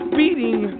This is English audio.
beating